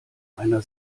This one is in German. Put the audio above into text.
einer